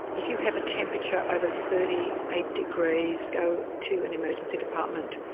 if you have a temperature over thirty eight degrees, go to an emergency department.